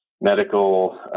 Medical